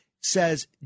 says